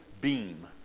beam